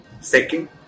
second